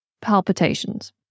Palpitations